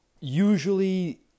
usually